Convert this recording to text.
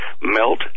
melt